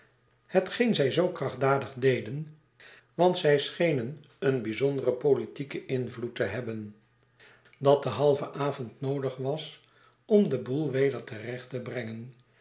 hetgeen zij zoo krachtdadig deden want zij schenen een bijzonderen politieken invloed te hebben dat de halve avond noodig was om den boel weder terecht te brengen